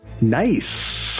Nice